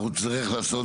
אנחנו נצטרך לעשות,